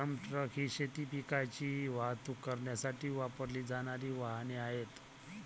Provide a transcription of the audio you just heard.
form truck ही शेती पिकांची वाहतूक करण्यासाठी वापरली जाणारी वाहने आहेत